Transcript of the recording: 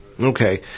Okay